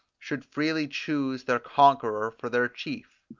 should freely choose their conqueror for their chief.